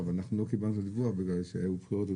אבל אנחנו לא קיבלנו דיווח כי היו בחירות.